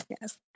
Yes